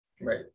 Right